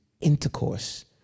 intercourse